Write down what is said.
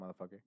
motherfucker